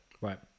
Right